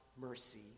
mercy